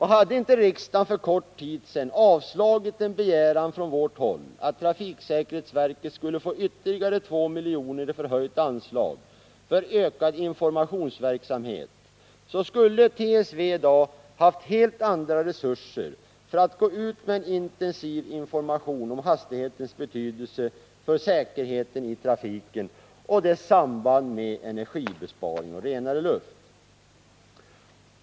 Hade inte riksdagen för kort tid sedan avslagit en begäran från vårt håll, att trafiksäkerhetsverket skulle få ytterligare 2 miljoner i förhöjt anslag för ökad informationsverksamhet, så skulle TSV i dag haft helt andra resurser för att gå ut med en intensiv information om hastighetens betydelse för säkerheten i trafiken och dess samband med energibesparing och renare luft.